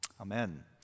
Amen